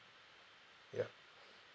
ya